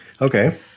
Okay